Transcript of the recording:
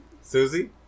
Susie